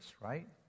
right